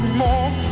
more